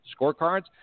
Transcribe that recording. scorecards